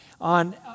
on